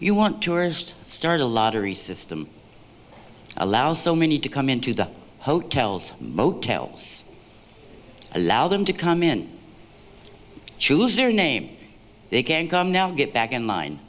you want to start a lottery system allows so many to come into the hotels motels allow them to come in choose their name they can come now get back in line